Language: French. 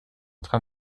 train